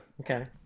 Okay